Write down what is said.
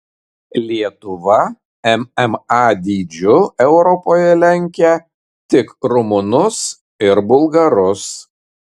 lietuva mma dydžiu europoje lenkia tik rumunus ir bulgarus